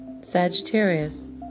Sagittarius